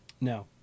No